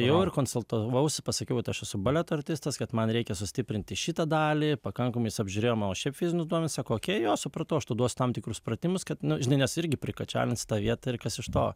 jau ir konsultavausi pasakiau aš su baleto artistas kad man reikia sustiprinti šitą dalį pakankamai jis apžiūrėjo mano šiaip fizinius duomenis sako okei jo supratau aš tau duos tam tikrus pratimus kad nu žinai nes irgi prikačialinsi tą vietą ir kas iš to